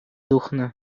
тухнӑ